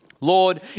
Lord